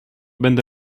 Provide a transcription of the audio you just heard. będę